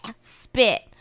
spit